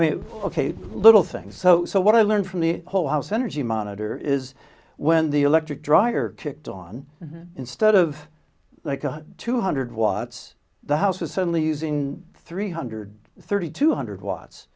mean ok little things so what i learned from the whole house energy monitor is when the electric dryer kicked on instead of like two hundred watts the house was only using three hundred thirty two hundred watts